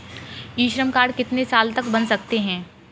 ई Shram card कितने साल तक बन सकता है?